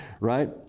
right